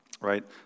right